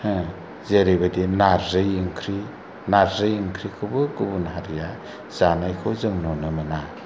ओह जेरैबायदि नारजि ओंख्रि नारजि ओंख्रिखौबो गुबुन हारिया जानायखौ जों नुनो मोना